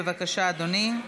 בבקשה, אדוני.